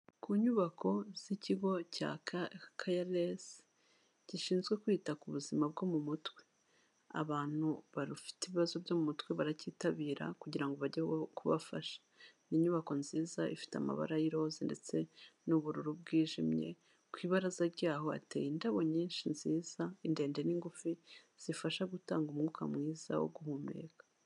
Ku nyubako z'ikigo Karayesi gishinzwe kwita ku buzima bwo mu mutwe. Abantu bafite ibibazo byo mu mutwe baracyitabira kugirango bajyeho kubafasha. Ni inyubako nziza ifite amabara y'iroza ndetse n'ubururu bwijimye, ku ibaraza ryaho hateye indabo nyinshi nziza ndende n'ingufi zifasha gutanga umwuka mwiza wo guhumeka.